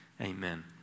amen